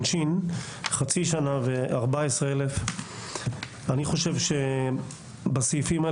הגדרה של בעל לול: "בעל לול" מי שזכאי לקבל